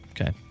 Okay